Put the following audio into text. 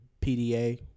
PDA